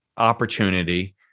opportunity